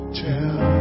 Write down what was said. tell